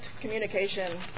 communication